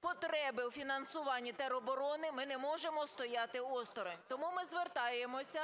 потреби у фінансуванні тероборони, ми не можемо стояти осторонь. Тому ми звертаємося